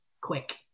Quick